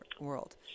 world